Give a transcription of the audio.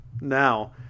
Now